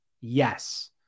yes